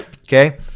Okay